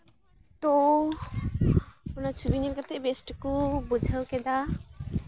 ᱛᱚ ᱚᱱᱟ ᱪᱷᱚᱵᱤ ᱧᱮᱞ ᱠᱟᱛᱮ ᱵᱮᱥᱴ ᱠᱚ ᱵᱩᱡᱷᱟᱹᱣ ᱠᱮᱫᱟ